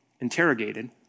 interrogated